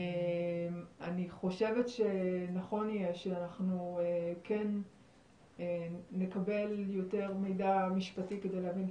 אני חושבת שנכון יהיה שאנחנו כן נקבל יותר מידע משפטי כדי להבין את